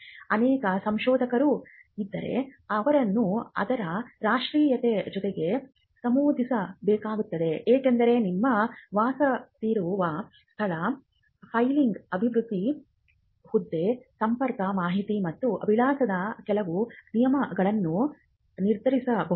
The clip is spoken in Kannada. ಅನೇಕ ಸಂಶೋಧಕರು ಇದ್ದರೆ ಅವರನ್ನು ಅವರ ರಾಷ್ಟ್ರೀಯತೆಯ ಜೊತೆಗೆ ನಮೂದಿಸಬೇಕಾಗುತ್ತದೆ ಏಕೆಂದರೆ ನಿಮ್ಮ ವಾಸವಿರುವ ಸ್ಥಳ ಫೈಲಿಂಗ್ ಅಧಿಕೃತ ಹುದ್ದೆ ಸಂಪರ್ಕ ಮಾಹಿತಿ ಮತ್ತು ವಿಳಾಸದ ಕೆಲವು ನಿಯಮಗಳನ್ನು ನಿರ್ಧರಿಸಬಹುದು